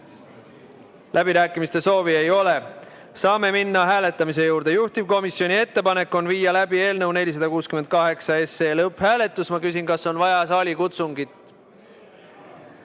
Läbirääkimiste soovi ei ole, saame minna hääletamise juurde. Juhtivkomisjoni ettepanek on viia läbi eelnõu 468 lõpphääletus. Kas on vaja saalikutsungit?